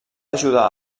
ajudar